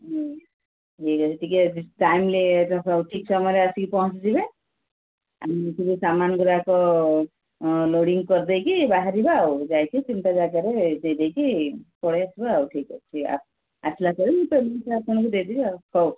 ହୁଁ ଠିକ୍ ଅଛି ଟିକେ ଟାଇମଲି ଠିକ୍ ସମୟରେ ଆସିକି ପହଞ୍ଚି ଯିବେ ଆମେ ମିଶିକି ସାମାନ ଗୁଡ଼ାକ ଲୋଡିଙ୍ଗ୍ କରିଦେଇକି ବାହାରିବା ଆଉ ଯାଇକି ତିନିଟା ଜାଗାରେ ଦେଇଦେଇକି ପଳେଇ ଆସିବା ଆଉ ଠିକ୍ ଅଛି ଆସିଲା ପରେ ମୁଁ ପେମେଣ୍ଟ୍ ଆପଣଙ୍କୁ ଦେଇଦେବି ଆଉ ହଉ